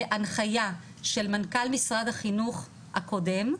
בהנחייה של מנכ"ל משרד החינוך הקודם,